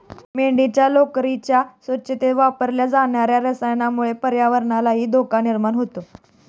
मेंढ्यांच्या लोकरीच्या स्वच्छतेत वापरल्या जाणार्या रसायनामुळे पर्यावरणालाही धोका निर्माण होतो